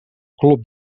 club